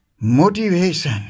Motivation